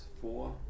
four